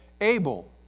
Abel